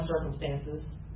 circumstances